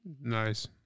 Nice